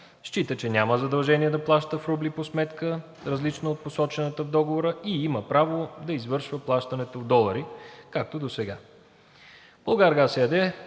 счита, че няма задължение да плаща в рубли по сметка, различна от посочената в Договора, и има право да извършва плащането в долари както досега.